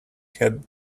had